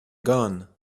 gone